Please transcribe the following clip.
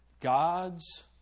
God's